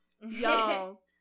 Y'all